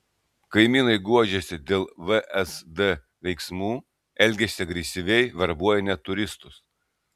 kaimynai guodžiasi dėl vsd veiksmų elgiasi agresyviai verbuoja net turistus